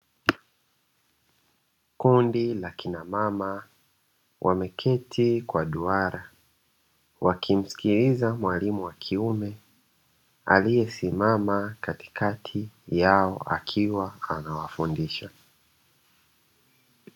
Kundi la kina mama wameketi kwa duara wakimsikiliza mwalimu wa kiume aliyesimama katikati yao akiwa anawafundisha.